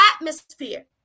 atmosphere